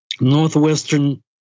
northwestern